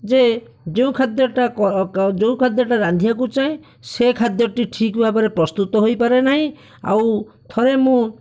ଯେ ଯେଉଁ ଖାଦ୍ୟଟା ଯେଉଁ ଖାଦ୍ୟଟା ରାନ୍ଧିବାକୁ ଚାହେଁ ସେ ଖାଦ୍ୟଟି ଠିକ୍ ଭାବରେ ପ୍ରସ୍ତୁତ ହୋଇପାରେ ନାହିଁ ଆଉ ଥରେ ମୁଁ